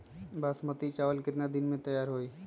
बासमती चावल केतना दिन में तयार होई?